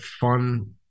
fun